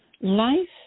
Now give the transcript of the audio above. Life